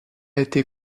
été